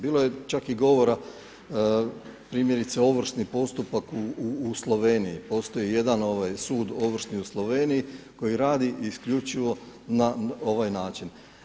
Bilo je čak i govora primjerice ovršni postupak u Sloveniji, postoji jedan sud ovršni u Sloveniji koji radi isključivo na ovaj način.